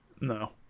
No